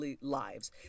lives